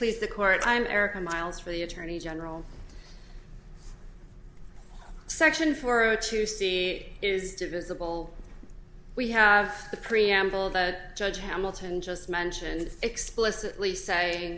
please the court i'm erica miles for the attorney general section four zero two see is divisible we have the preamble of the judge hamilton just mentioned explicitly say